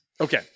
Okay